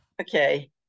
Okay